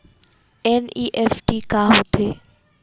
NEFT का होथे?